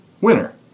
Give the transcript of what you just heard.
winner